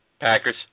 Packers